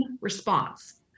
response